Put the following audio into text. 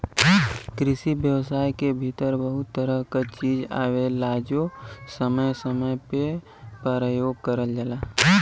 कृषि व्यवसाय के भीतर बहुत तरह क चीज आवेलाजो समय समय पे परयोग करल जाला